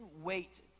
wait